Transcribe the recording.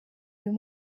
uyu